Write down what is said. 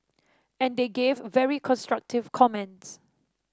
and they gave very constructive comments